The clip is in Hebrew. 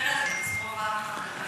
בפריפריה זה קטסטרופה אחת גדולה.